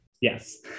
yes